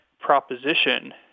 proposition